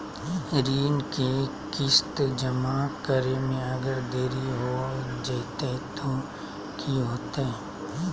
ऋण के किस्त जमा करे में अगर देरी हो जैतै तो कि होतैय?